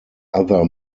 other